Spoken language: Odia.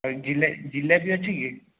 ଆଉ ଜିଲା ଜିଲାପି ଅଛିକି